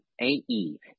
A-E